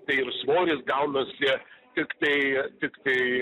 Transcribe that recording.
tai ir svoris gaunasi tiktai tiktai